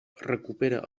recupera